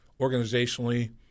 organizationally